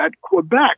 Quebec